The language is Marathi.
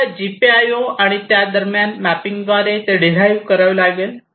तर या जीपीआयओ आणि त्या दरम्यान मॅपिंगद्वारे ते डीराएव्ह करावे लागेल